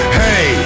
hey